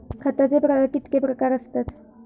खताचे कितके प्रकार असतत?